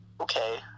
okay